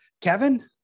Kevin